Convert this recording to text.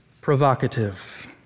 provocative